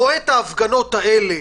רואה את ההפגנות האלה